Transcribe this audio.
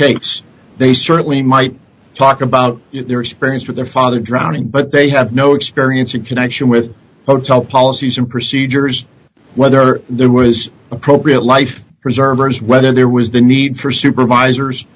case they certainly might talk about their experience with their father drowning but they have no experience in connection with hotel policies and procedures whether there was appropriate life preservers whether there was the need for supervisors